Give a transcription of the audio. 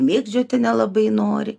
mėgdžioti nelabai nori